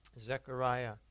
Zechariah